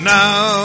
now